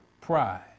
Pride